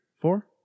four